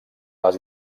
les